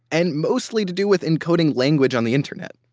and mostly to do with encoding language on the internet.